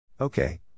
Okay